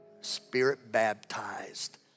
spirit-baptized